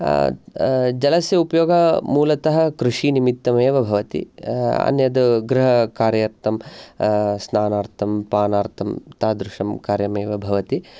जलस्य उपयोगः मूलतः कृषिनिमित्तमेव भवति अन्यद् गृहकार्यर्थं स्नानार्थं पानार्थं तादृशं कार्यमेव भवति